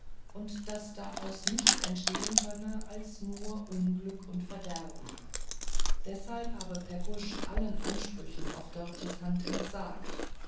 und daß daraus nichts entstehen könne als nur unglück und verderben deshalb habe pepusch allen ansprüchen auf dörtjes hand entsagt